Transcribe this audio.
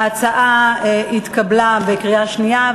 ההצעה התקבלה בקריאה שנייה.